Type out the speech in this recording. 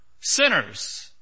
sinners